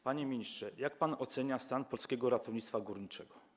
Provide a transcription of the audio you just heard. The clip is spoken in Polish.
Panie ministrze, jak pan ocenia stan polskiego ratownictwa górniczego?